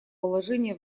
положение